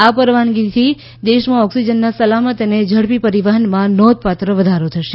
આ પરવાનગીથી દેશમાં ઓક્સીજનના સલામત અને ઝડપી પરિવહનમાં નોંધપાત્ર વધારો થશે